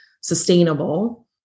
sustainable